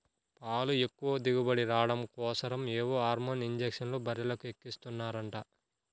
పాలు ఎక్కువ దిగుబడి రాడం కోసరం ఏవో హార్మోన్ ఇంజక్షన్లు బర్రెలకు ఎక్కిస్తన్నారంట